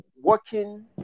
working